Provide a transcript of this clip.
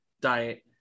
diet